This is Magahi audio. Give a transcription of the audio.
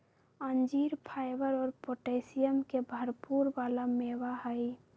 अंजीर फाइबर और पोटैशियम के भरपुर वाला मेवा हई